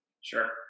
sure